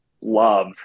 love